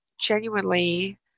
genuinely